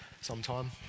sometime